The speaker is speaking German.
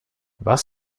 was